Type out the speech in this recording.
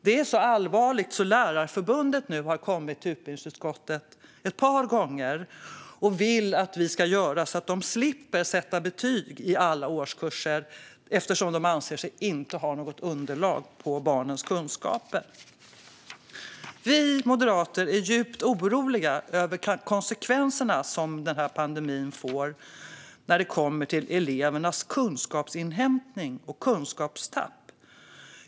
Det är så allvarligt att Lärarförbundet nu har kommit till utbildningsutskottet ett par gånger. De vill att vi ska se till att de slipper sätta betyg i alla årskurser, eftersom de inte anser sig ha något underlag på barnens kunskaper. Vi moderater är djupt oroliga över de konsekvenser som denna pandemi får när det kommer till elevernas kunskapsinhämtning och kunskapstapp.